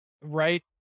Right